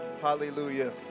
Hallelujah